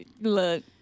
Look